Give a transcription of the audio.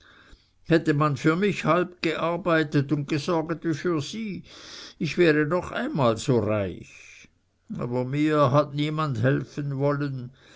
hätte man für mich halb gearbeitet und gesorget wie für sie ich wäre noch einmal so reich aber mir hat niemand helfen wollen